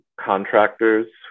contractors